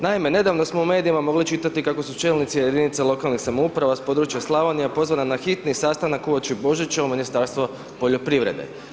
Naime, nedavno smo u medijima mogli čitati kako su čelnici jedinica lokalnih samouprava s područja Slavonije pozvani na hitni sastanak uoči Božića u Ministarstvo poljoprivrede.